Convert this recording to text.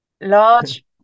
large